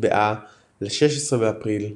נקבעה ל-16 באפריל בסופיה.